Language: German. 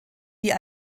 die